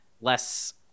less